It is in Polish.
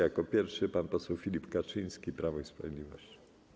Jako pierwszy pan poseł Filip Kaczyński, Prawo i Sprawiedliwość.